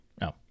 no